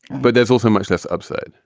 but there's also much less upside.